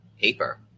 paper